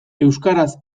euskaraz